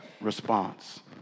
response